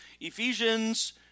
Ephesians